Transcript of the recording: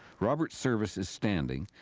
robert service is standing.